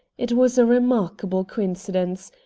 it was a remarkable coincidence.